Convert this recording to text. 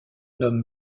nomme